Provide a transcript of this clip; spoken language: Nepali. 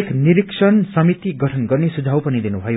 एक निरीक्षण समिति गठन गर्ने सुझाउ पनि दिनु भयो